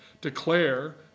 declare